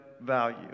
value